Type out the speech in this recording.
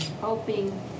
hoping